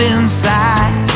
inside